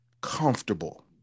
comfortable